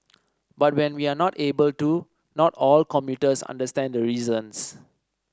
but when we are not able to not all commuters understand the reasons